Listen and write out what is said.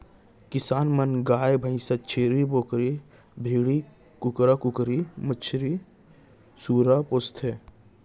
किसान मन गाय भईंस, छेरी बोकरा, भेड़ी, कुकरा कुकरी, मछरी, सूरा पोसथें